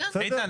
איתן,